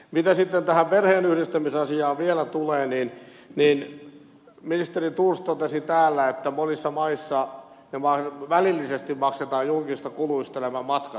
mitä sitten tähän perheenyhdistämisasiaan vielä tulee niin ministeri thors totesi täällä että monissa maissa välillisesti maksetaan julkisista kuluista nämä matkat